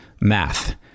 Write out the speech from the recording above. math